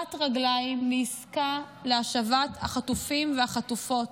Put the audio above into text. גרירת הרגליים לעסקה להשבת החטופים והחטופות.